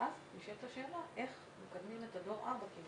ואז נשאלת השאלה איך מקדמים את דור 4. כי הם